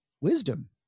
wisdom